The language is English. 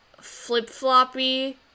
flip-floppy